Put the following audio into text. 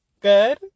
good